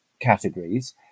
categories